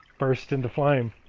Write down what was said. burst into flames.